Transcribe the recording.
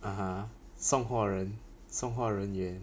(uh huh) 送货人送货人员